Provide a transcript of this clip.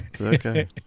Okay